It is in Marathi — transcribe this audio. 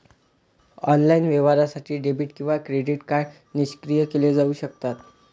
ऑनलाइन व्यवहारासाठी डेबिट किंवा क्रेडिट कार्ड निष्क्रिय केले जाऊ शकतात